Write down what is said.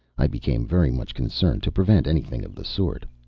i became very much concerned to prevent anything of the sort.